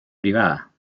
privada